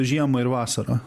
žiemą ir vasarą